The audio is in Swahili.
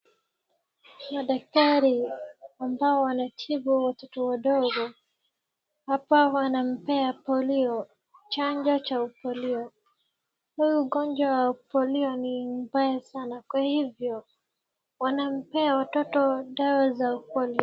Madaktari ambao watibu watoto wadogo hapa wanampea polio, chanjo cha polio. Huu ugonjwa polio ni mbaya sana kwa hivyo wanampea mtoto dawa za polio.